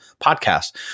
podcast